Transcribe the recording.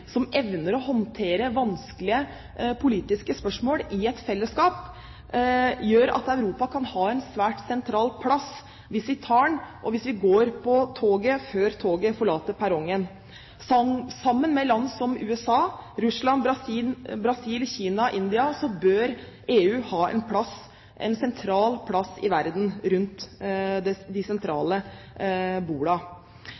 som evner å håndtere vanskelige politiske spørsmål i fellesskap, gjør at Europa kan få en svært sentral plass hvis vi tar den, og hvis vi går på toget før toget forlater perrongen. Sammen med land som USA, Russland, Brasil, Kina og India bør EU ha en sentral plass rundt de sentrale bordene i verden.